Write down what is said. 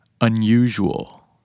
unusual